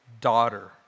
daughter